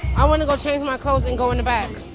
i want to go change my clothes and go in the back